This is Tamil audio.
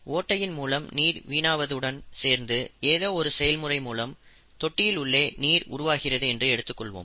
ஓட்டையின் மூலம் நீர் வீணாவதுடன் சேர்ந்து ஏதோ ஒரு செயல்முறை மூலம் தொட்டியில் உள்ளே நீர் உருவாகிறது என்று எடுத்துக்கொள்வோம்